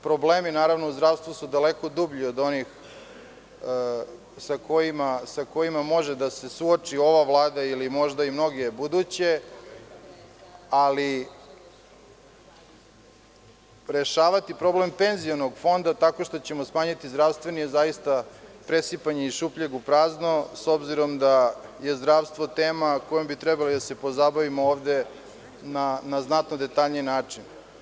Problemi u zdravstvu su daleko dublji od onih sa kojima može da se suoči ova Vlada ili buduće vlade, ali rešavati problem penzionog fonda smanjivanjem zdravstva je presipanje iz šupljeg u prazno, s obzirom da je zdravstvo tema kojom bi trebalo da se pozabavimo ovde na detaljniji način.